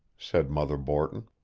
said mother borton.